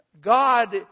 God